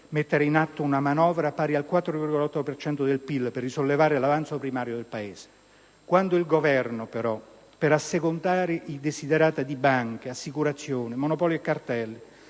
mettere in atto una manovra pari al 4,8 per cento del PIL per risollevare l'avanzo primario del Paese. Quando il Governo, però, per assecondare i *desiderata* di banche, assicurazioni, monopoli e cartelli,